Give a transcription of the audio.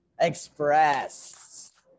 Express